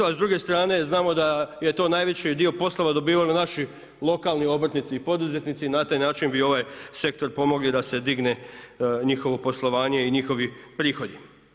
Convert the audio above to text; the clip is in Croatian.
A s druge strane znamo da je to najveći dio poslova dobivaju naši lokalni obrtnici i poduzetnici i na taj način bi ovaj sektor pomogli da se digne njihovo poslovanje i njihovi prihodi.